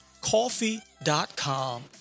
coffee.com